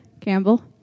Campbell